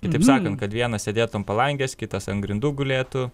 kitaip sakant kad vienas sėdėt ant palangės kitas ant grindų gulėtų